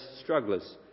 strugglers